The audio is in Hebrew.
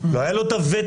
לא היה לו את הוותק,